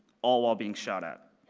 all while being shot at.